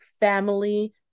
family